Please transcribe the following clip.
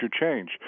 change